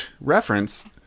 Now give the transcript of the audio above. Reference